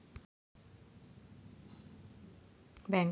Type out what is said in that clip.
बँका आमचे कार्ड स्वतःहून हॉटलिस्ट करू शकतात का?